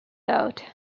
out